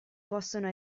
possono